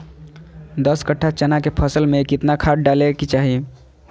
दस कट्ठा चना के फसल में कितना खाद डालें के चाहि?